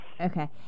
Okay